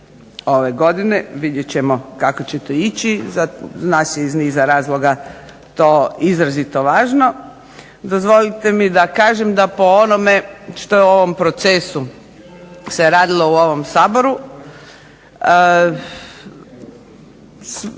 ove godine. Vidjet ćemo kako će to ići zna se iz niza razloga za nas je to izrazito važno. Dozvolite mi da kažem da po onome što je u ovom procesu se radilo u ovom Saboru.